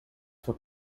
for